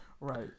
right